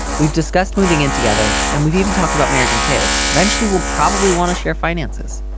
we've discussed moving in together and we've even talked about marriage and kids. eventually we'll probably want to share finances.